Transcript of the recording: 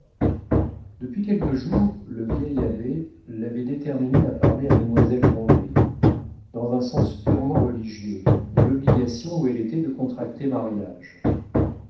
depuis quelques jours le vieil abbé l'avait déterminé à parler à mademoiselle grandet dans un sens purement religieux de l'obligation où elle était de contracter mariage